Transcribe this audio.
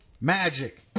Magic